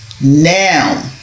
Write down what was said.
now